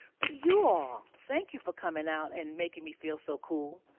but you all. thank you for coming out and making me feel so cool.